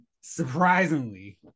surprisingly